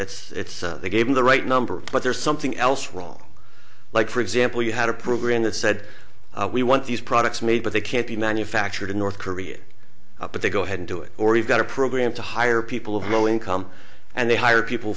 it's it's they gave him the right number but there's something else wrong like for example you had a program that said we want these products made but they can't be manufactured in north korea but they go ahead and do it or you've got a program to hire people of low income and they hire people